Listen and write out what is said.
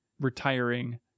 retiring